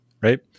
right